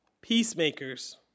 Peacemakers